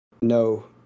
no